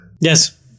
Yes